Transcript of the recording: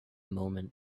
moment